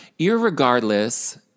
irregardless